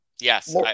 Yes